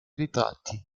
ritratti